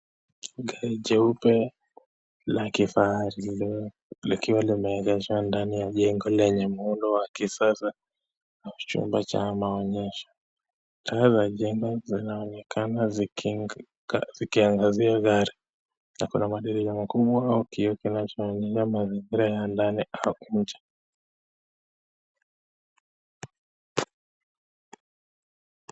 Gari jeupe la kifahari likiwa limeegeshwa ndani ya jengo lenye muundo wa kisasa kwa chumba cha maonyesho. Haya majengo zinaonekana zikiangazia gari. Na kuna madirisha makubwa au kiio kinacho onyesha mazingira ya ndani au nje.